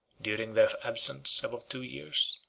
during their absence, above two years,